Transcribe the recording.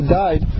died